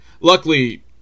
Luckily